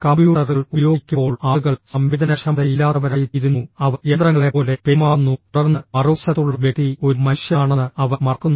കമ്പ്യൂട്ടറുകൾ ഉപയോഗിക്കുമ്പോൾ ആളുകൾ സംവേദനക്ഷമതയില്ലാത്തവരായിത്തീരുന്നു അവർ യന്ത്രങ്ങളെപ്പോലെ പെരുമാറുന്നു തുടർന്ന് മറുവശത്തുള്ള വ്യക്തി ഒരു മനുഷ്യനാണെന്ന് അവർ മറക്കുന്നു